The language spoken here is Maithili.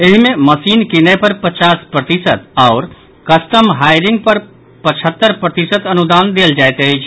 एहि मे मशीन किनय पर पचास प्रतिशत आओर कस्टम हायरिंग पर पचहत्तर प्रतिशत अनुदान देल जायत अछि